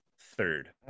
third